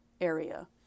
area